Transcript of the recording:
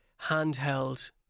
handheld